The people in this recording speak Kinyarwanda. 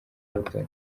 gordon